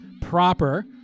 proper